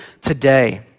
today